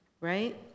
right